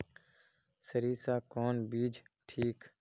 सरीसा कौन बीज ठिक?